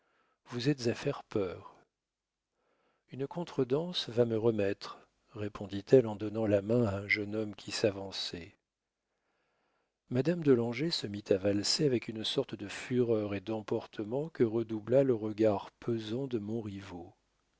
vous êtes à faire peur une contredanse va me remettre répondit-elle en donnant la main à un jeune homme qui s'avançait madame de langeais se mit à valser avec une sorte de fureur et d'emportement que redoubla le regard pesant de montriveau il